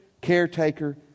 caretaker